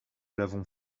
l’avons